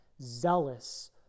zealous